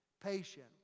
patient